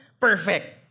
Perfect